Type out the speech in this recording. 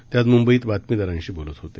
ते आज म्ंबईत बातमीदारांशी बोलत होते